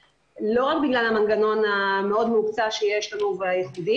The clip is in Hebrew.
זה לפוצץ ראשים של חזירים ולנסר גולגולות.